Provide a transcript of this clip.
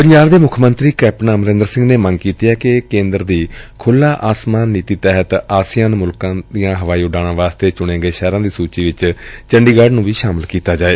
ਪੰਜਾਬ ਦੇ ਮੁੱਖ ਮੰਤਰੀ ਕੈਪਟਨ ਅਮਰੰਦਰ ਸਿੰਘ ਨੇ ਮੰਗ ਕੀਤੀ ਏ ਕਿ ਕੇਂਦਰ ਦੀ ਖੁਲ੍ਹਾ ਆਸਮਾਨ ਨੀਤੀ ਤਹਿਤ ਆਸੀਅਨ ਮੁਲਕਾਂ ਦੀਆਂ ਹਵਾਈ ਉਡਾਣਾਂ ਵਾਸਤੇ ਚੁਣੇ ਗਏ ਸ਼ਹਿਰਾਂ ਦੀ ਸੁਚੀ ਵਿਚ ਚੰਡੀਗੜ ਨੂੰ ਵੀ ਸ਼ਾਮਲ ਕੀਤਾ ਜਾਏ